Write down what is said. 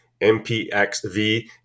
MPXV